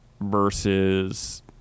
versus